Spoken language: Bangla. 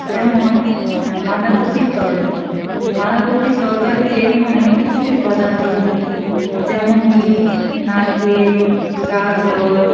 যেমন বাঁধাকপির তরকারি বাঁধাকপির তরকারিতে আমি অনেক কিছুই উপাদান দিয়ে থাকি যেমন দিই নারকেল গাজর